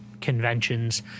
conventions